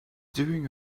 doing